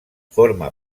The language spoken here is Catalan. forma